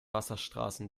wasserstraßen